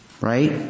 right